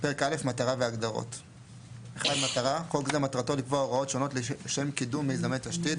מטרה חוק זה מטרתו לקבוע הוראות שונות לשם קידום מיזמי תשתית,